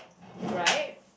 right